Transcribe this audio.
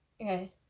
Okay